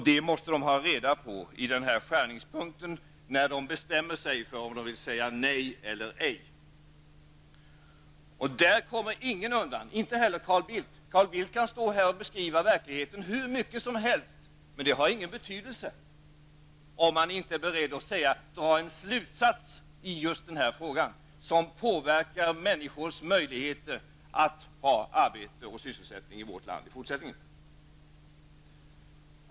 Det måste parterna ha reda på i den här skärningspunkten, när de bestämmer sig för om de vill säga nej eller ej. Där kommer ingen undan, inte heller Carl Bildt. Carl Bildt kan stå här och beskriva verkligheten hur mycket som helst. Det har ingen betydelse, om man inte i just den här frågan är beredd att dra en slutsats som påverkar människors möjligheter att ha arbete och sysselsättning i vårt land i fortsättningen.